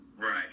Right